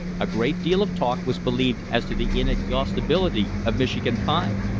a great deal of talk was believed as to the inexhaustibility of michigan pine.